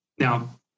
Now